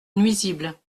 nuisible